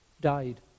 died